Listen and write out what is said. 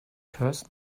curse